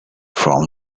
from